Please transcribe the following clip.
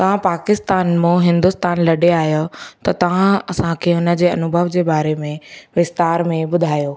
तव्हां पाकिस्तान मां हिंदुस्तान लॾे आहियो त तव्हां असांखे हुन जे अनुभव जे बारे में विस्तार में ॿुधायो